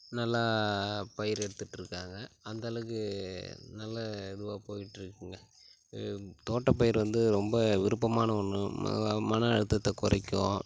நல்லா பயிர் எடுத்துட்டுருக்காங்க அந்தளவுக்கு நல்ல இதுவாக போய்ட்டுருக்குங்க தோட்டப்பயிர் வந்து ரொம்ப விருப்பமான ஒன்று ம மன அழுத்தத்தைக் குறைக்கும்